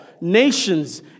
nations